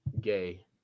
Gay